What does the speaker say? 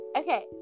okay